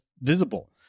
visible